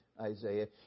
Isaiah